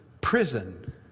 prison